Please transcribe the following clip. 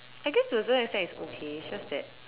I guess to a certain extent it's okay it's just that